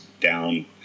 down